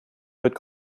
wird